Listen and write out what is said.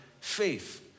faith